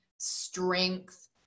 Strength